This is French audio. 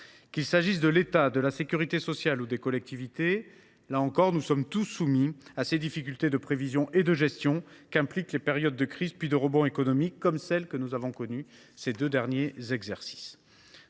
Qu’il s’agisse de l’État, de la sécurité sociale ou des collectivités, nous sommes tous soumis aux difficultés de prévision et de gestion qu’impliquent les périodes de crise puis de rebond économique, comme celles que nous avons connues au cours des deux derniers exercices.